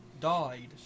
died